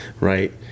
right